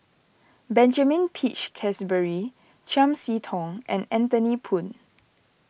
Benjamin Peach Keasberry Chiam See Tong and Anthony Poon